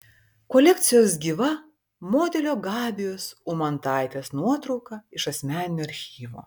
kolekcijos gyva modelio gabijos umantaitės nuotrauka iš asmeninio archyvo